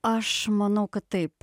aš manau kad taip